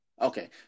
okay